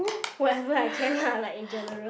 whatever I can lah like in general